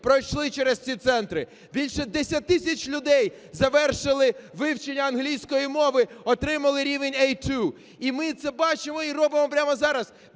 пройшли через ці центри. Більше 10 тисяч людей завершили вивчення англійської мови, отримали рівень А2. І ми це бачимо і робимо прямо зараз